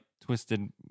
twisted